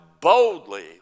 boldly